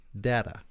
data